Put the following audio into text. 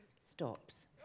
stops